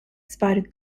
spider